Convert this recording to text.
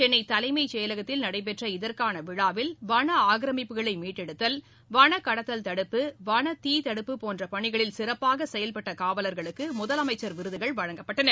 சென்னை தலைமை செயலகத்தில் நடைபெற்ற இதற்கான விழாவில் வன ஆக்கிரமிப்புகளை மீட்டெடுத்தல் வன கடத்தல் தடுப்பு வன தீ தடுப்பு போன்ற பணிகளில் சிறப்பாக செயல்பட்ட காவலர்களுக்கு முதலமைச்சர் விருதுகள் வழங்கப்பட்டன